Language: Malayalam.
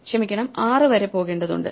ക്ഷമിക്കണം 6 വരെ പോകേണ്ടതുണ്ട്